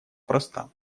проста